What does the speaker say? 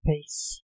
peace